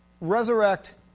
resurrect